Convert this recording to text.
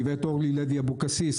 גברת אורלי לוי אבקסיס,